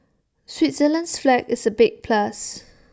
Switzerland's flag is A big plus